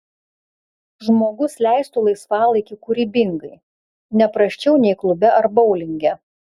žmogus leistų laisvalaikį kūrybingai ne prasčiau nei klube ar boulinge